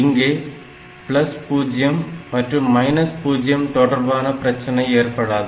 இங்கே 0 மற்றும் 0 தொடர்பான பிரச்சனைகள் ஏற்படாது